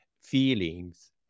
feelings